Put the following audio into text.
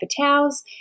towels